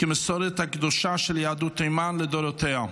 כמסורת הקדושה של יהדות תימן לדורותיה.